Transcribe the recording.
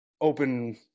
open